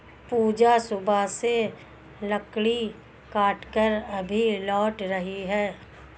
पूजा सुबह से लकड़ी काटकर अभी लौट रही है